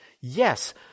Yes